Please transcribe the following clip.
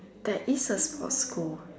there is a sports school